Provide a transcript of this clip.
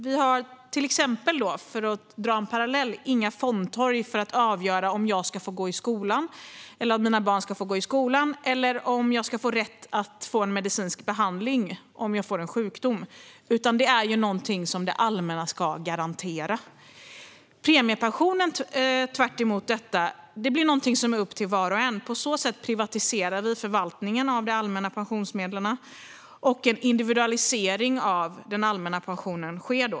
Vi har till exempel, för att dra en parallell, inga fondtorg för att avgöra om jag eller mina barn ska få gå i skolan eller om jag har rätt att få en medicinsk behandling om jag får en sjukdom. Detta är något som det allmänna ska garantera. Premiepensionen blir tvärtom upp till var och en. På så sätt privatiserar vi förvaltningen av de allmänna pensionsmedlen, och det sker en individualisering av den allmänna pensionen.